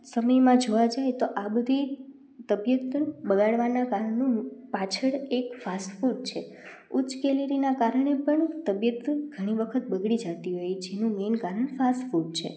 સમયમાં જોવા જઈએ તો આ બધી તબિયત પણ બગાડવાનાં કારણોનું પાછળ એક ફાસ્ટફૂડ છે ઉચ્ચ કેલેરીના કારણે પણ તબિયત ઘણી વખત બગડી જતી હોય જેનું મેન કારણ ફાસ્ટફૂડ છે